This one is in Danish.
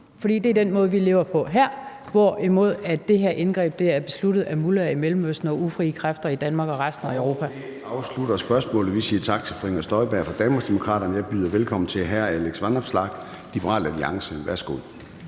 for det er den måde, vi lever på her, hvorimod det her indgreb er besluttet af mullaher i Mellemøsten og af ufrie kræfter i Danmark og resten af Europa).